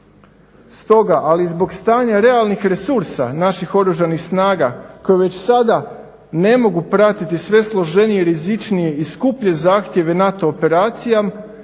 Stoga, ali i zbog stanja realnih resursa naših Oružanih snaga koje već sada ne mogu pratiti sve složenije, rizičnije i skuplje zahtjeve NATO operacija